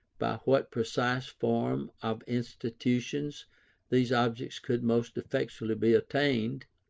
by what precise form of institutions these objects could most effectually be attained,